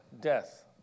death